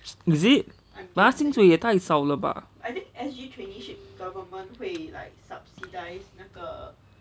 is it but 他的薪水也太少了吧